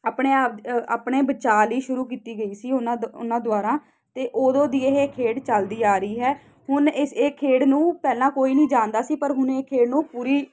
ਆਪਣੇ ਆਪ ਅ ਆਪਣੇ ਬਚਾਅ ਲਈ ਸ਼ੁਰੂ ਕੀਤੀ ਗਈ ਸੀ ਉਹਨਾਂ ਦੁ ਉਹਨਾਂ ਦੁਆਰਾ ਅਤੇ ਉਦੋਂ ਦੀ ਇਹ ਖੇਡ ਚੱਲਦੀ ਆ ਰਹੀ ਹੈ ਹੁਣ ਇਸ ਇਹ ਖੇਡ ਨੂੰ ਪਹਿਲਾਂ ਕੋਈ ਨਹੀਂ ਜਾਣਦਾ ਸੀ ਪਰ ਹੁਣ ਇਹ ਖੇਡ ਨੂੰ ਪੂਰੀ